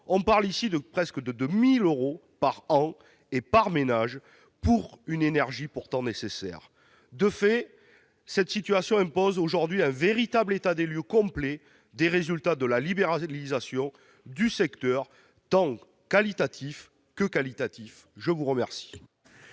On parle de presque 2 000 euros par an et par ménage pour une énergie pourtant nécessaire. De fait, cette situation impose aujourd'hui un état des lieux complet des résultats de la libéralisation du secteur, tant quantitativement que qualitativement.